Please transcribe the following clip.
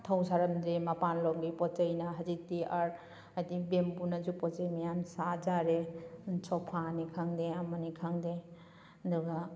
ꯊꯧꯁꯥꯔꯝꯗꯦ ꯃꯄꯥꯟ ꯂꯣꯝꯒꯤ ꯄꯣꯠ ꯆꯩꯅ ꯍꯧꯖꯤꯛꯇꯤ ꯑꯥꯔꯠ ꯍꯥꯏꯕꯗꯤ ꯕꯦꯝꯕꯨꯅꯁꯨ ꯄꯣꯠ ꯆꯩ ꯃꯌꯥꯝ ꯁꯥ ꯌꯥꯔꯦ ꯁꯣꯐꯥꯅꯤ ꯈꯪꯗꯦ ꯑꯃꯅꯤ ꯈꯪꯗꯦ ꯑꯗꯨꯒ